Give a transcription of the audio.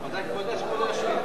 מתי שכבודו יאשר.